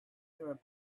through